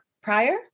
prior